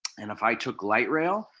and if i took light rail,